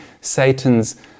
Satan's